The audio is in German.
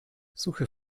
suche